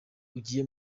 ugiye